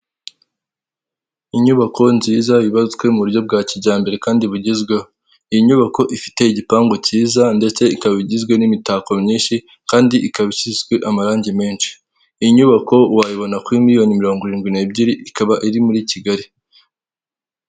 Inyubako nziza yubatswe mu buryo bwa kijyambere kandi bugezweho, iyi nyubako ifite igipangu kiza ndetse ikaba igizwe n'imitako myinshi kandi ikaba isizwe amarangi menshi, iyi nyubako wayibona kuri miliyoni mirongo irindwi n'ebyiri ikaba iri muri kigali.